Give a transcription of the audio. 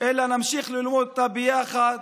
אלא נמשיך ללמוד אותה ביחד,